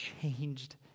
changed